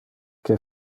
que